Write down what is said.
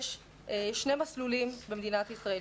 יש שני מסלולים במדינת ישראל,